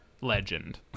Legend